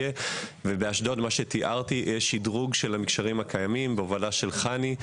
באשדוד יש שדרוג של המקשרים הקיימים בהובלה של חנ"י.